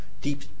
deep